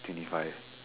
twenty five